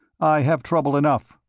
i have trouble enough.